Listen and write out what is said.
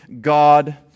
God